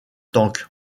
tank